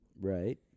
Right